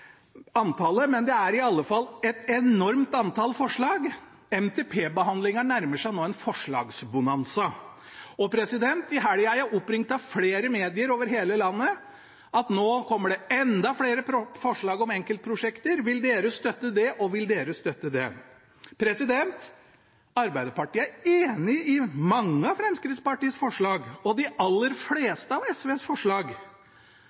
antallet, men det er i alle fall et enormt antall forslag. NTP-behandlingen nærmer seg nå en forslagsbonanza. I helga ble jeg oppringt av flere medier over hele landet: Nå kommer det enda flere forslag om enkeltprosjekter, vil dere støtte det, og vil dere støtte det? Arbeiderpartiet er enig i mange av Fremskrittspartiets forslag og de aller fleste av SVs forslag,